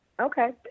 Okay